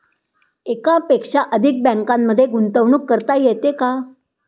एकापेक्षा अधिक बँकांमध्ये गुंतवणूक करता येते का?